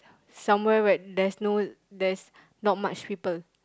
somewhere where there's no there's not much people